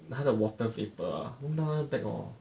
他的 water vapour ah 弄到那个 bag hor